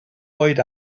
oed